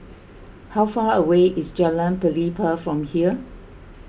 how far away is Jalan Pelepah from here